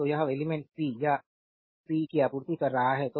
तो यह elements P या या पी की आपूर्ति कर रहा है या